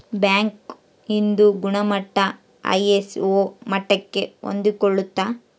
bank ಇಂದು ಗುಣಮಟ್ಟ ISO ಮಟ್ಟಕ್ಕೆ ಹೊಂದ್ಕೊಳ್ಳುತ್ತ